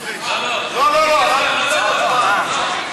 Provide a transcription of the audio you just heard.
לא לא לא, אנחנו רוצים הצבעה.